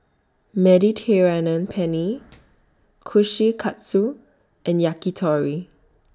Mediterranean Penne Kushikatsu and Yakitori